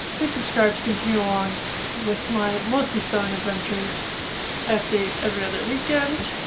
please subscribe to continue along with my mostly sewing adventures. i update every other weekend.